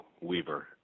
Weaver